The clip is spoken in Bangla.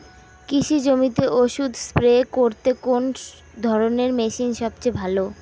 কৃষি জমিতে ওষুধ স্প্রে করতে কোন ধরণের মেশিন সবচেয়ে ভালো?